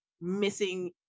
Missing